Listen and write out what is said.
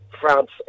France